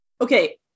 Okay